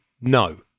No